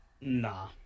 Nah